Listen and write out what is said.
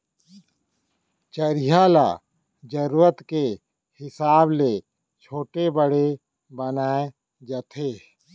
चरिहा ल जरूरत के हिसाब ले छोटे बड़े बनाए जाथे